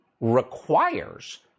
requires